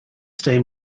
stay